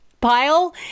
pile